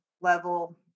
level